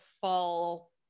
fall